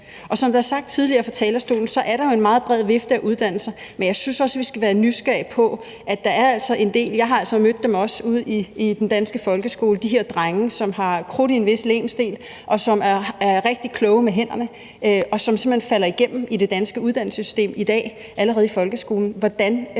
som det er sagt tidligere fra talerstolen, er der jo en meget bred vifte af uddannelser, men jeg synes også, at vi skal være nysgerrige på, at der altså er en del – jeg har altså mødt dem også ude i den danske folkeskole – som er de her drenge, der har krudt i en vis legemsdel, og som er rigtig kloge med hænderne, og som simpelt hen falder igennem i det danske uddannelsessystem i dag allerede i folkeskolen.